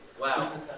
Wow